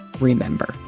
remember